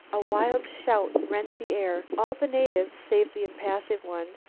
a wild shout rent the air. all the natives, save the impassive one,